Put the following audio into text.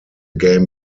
game